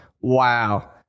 wow